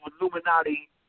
Illuminati